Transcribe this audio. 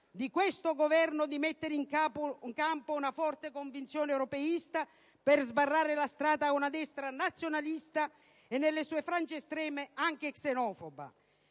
la reale volontà di mettere in campo una forte convinzione europeista per sbarrare la strada a una destra nazionalista, e nelle sue frange estreme anche xenofoba.